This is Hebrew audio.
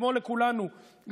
כמו לכולנו,